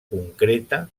concreta